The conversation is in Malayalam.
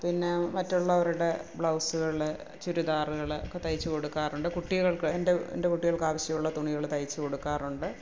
പിന്നെ മറ്റുള്ളവരുടെ ബ്ലൗസുകൾ ചുരിദാറുകൾ ഒക്കെ തയ്ച്ചു കൊടുക്കാറുണ്ട് കുട്ടികൾക്ക് എൻ്റെ എൻ്റെ കുട്ടികൾക്ക് ആവശ്യം ഉള്ള തുണികൾ തയ്ച്ചു കൊടുക്കാറുണ്ട്